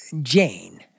Jane